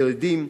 ירידים,